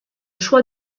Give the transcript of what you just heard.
choix